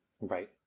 Right